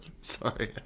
Sorry